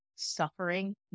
suffering